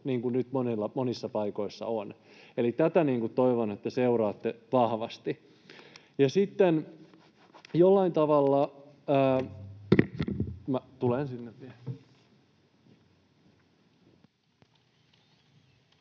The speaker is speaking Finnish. niin kuin nyt monissa paikoissa on. Eli toivon, että seuraatte tätä vahvasti.